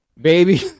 baby